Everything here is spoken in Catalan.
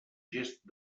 gest